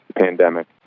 pandemic